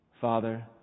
Father